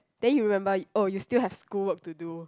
then you remember oh you still have school work to do